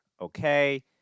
Okay